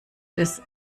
des